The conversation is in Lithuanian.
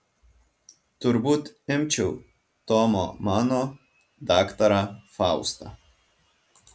turbūt imčiau tomo mano daktarą faustą